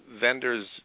vendors